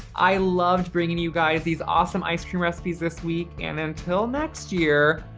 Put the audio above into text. i loved bringing you guys these awesome ice cream recipes this week and until next year,